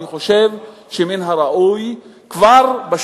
אני חושב שמן הראוי כבר עכשיו,